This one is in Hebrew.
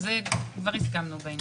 באמת יושב בבידוד ואתם בודקים אותו,